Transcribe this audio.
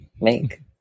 make